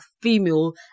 female